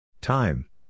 Time